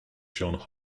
johns